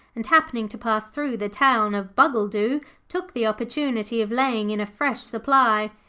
and happening to pass through the town of bungledoo took the opportunity of laying in a fresh supply.